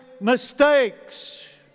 mistakes